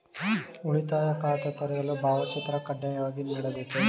ಉಳಿತಾಯ ಖಾತೆ ತೆರೆಯಲು ಭಾವಚಿತ್ರ ಕಡ್ಡಾಯವಾಗಿ ನೀಡಬೇಕೇ?